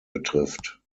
betrifft